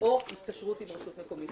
או התקשרות עם רשות מקומית